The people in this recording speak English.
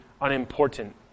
unimportant